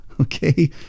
Okay